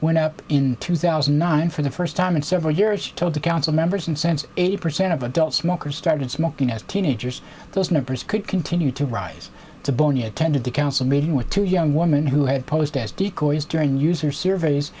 went up in two thousand and nine for the first time in several years told to council members and sense eighty percent of adult smokers started smoking as teenagers those numbers could continue to rise to borneo attended the council meeting with two young woman who had posed as decoys during user surveys